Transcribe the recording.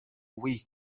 week